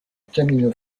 camino